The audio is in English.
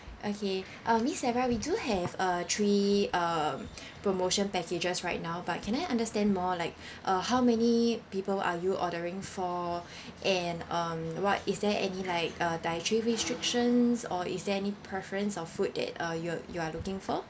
okay uh miss sarah we do have a three um promotion packages right now but can I understand more like uh how many people are you ordering for and um what is there any like uh dietary restrictions or is there any preference of food that uh you're you are looking for